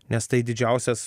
nes tai didžiausias